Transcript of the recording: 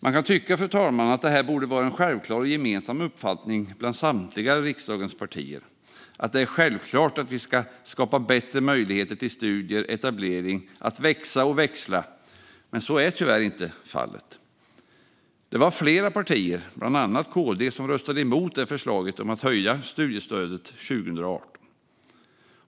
Man kan tycka, fru talman, att detta borde vara en självklar och gemensam uppfattning bland riksdagens samtliga partier - att det är självklart att vi ska skapa bättre möjligheter för studier och etablering och för att växa och växla. Men så är tyvärr inte fallet. Det var flera partier, bland annat KD, som röstade emot förslaget om att höja studiestödet 2018.